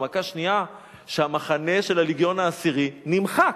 ומכה שנייה שהמחנה של הלגיון העשירי נמחק.